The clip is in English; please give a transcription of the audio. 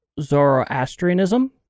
Zoroastrianism